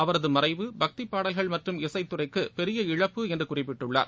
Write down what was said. அவரது மறைவு பக்திப் பாடல்கள் மற்றம் இசைத்துறைக்கு பெரிய இழப்பு என்று குறிப்பிட்டுள்ளார்